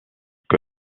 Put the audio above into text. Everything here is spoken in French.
que